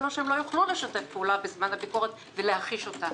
לו שהן לא יוכלו לשתף פעולה בזמן הביקורת ולהחיש אותה,